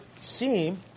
seem